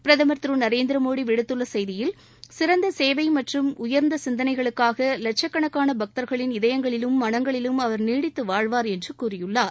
பிரதமர் திரு நரேந்திரமோடி விடுத்துள்ள செய்தியில் சிறந்த சேவை மற்றும் உயர்ந்த சிந்தனைகளுக்காக லட்சக்கணக்கான பக்தர்களின் இதயங்களிலும் மனங்களிலும் அவர் நீடித்து வாழ்வார் என்று கூறியுள்ளார்